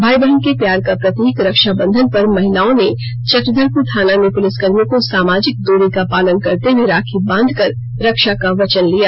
भाई बहन के प्यार का प्रतीक रक्षाबंधन पर महिलाओं ने चक्रधरपुर थाना में पुलिसकर्मियों को समाजिक द्री का पालन करते हये राखी बांधकर रक्षा का वचन लिया